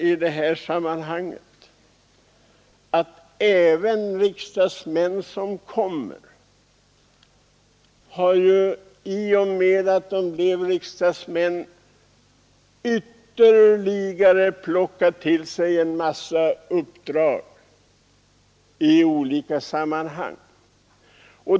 Även nykomna riksdagsmän har ju i och med att de blivit riksdagsmän ytterligare plockat till sig en massa uppdrag i olika sammanhang.